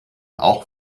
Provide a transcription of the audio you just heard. auch